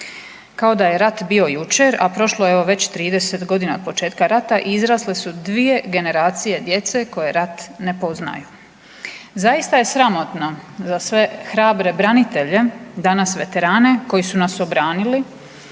Kao da je rat bio jučer, a prošlo je evo već 30 godina od početka rata i izrasle su dvije generacije djece koje rat ne poznaju. Zaista je sramotno za sve hrabre branitelje, danas veterane koji su nas obranili,